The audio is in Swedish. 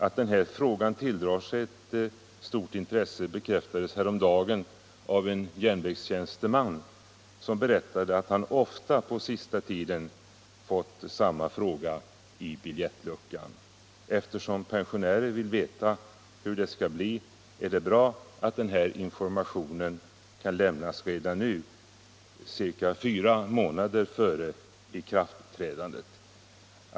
Att den här frågan tilldrar sig ett stort intresse bekräftades häromdagen ningsvåldets negativa effekter av en järnvägstjänsteman som berättade att han ofta på den senaste tiden fått samma fråga i biljettluckan. Eftersom pensionärer vill veta hur det skall bli, är det bra att den här informationen kan lämnas redan nu, dvs. ca 4 månader före ikraftträdandet av bestämmelsen.